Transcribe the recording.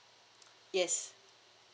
yes